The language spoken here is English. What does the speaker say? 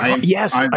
Yes